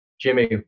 Jimmy